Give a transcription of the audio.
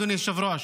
אדוני היושב-ראש.